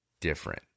different